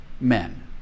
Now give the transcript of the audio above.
men